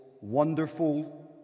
Wonderful